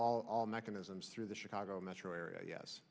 all all mechanisms through the chicago metro area yes